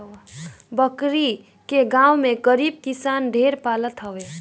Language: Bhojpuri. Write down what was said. बकरी के गांव में गरीब किसान ढेर पालत हवे